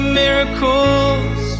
miracles